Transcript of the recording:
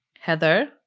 Heather